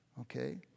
Okay